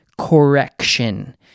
correction